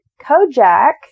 Kojak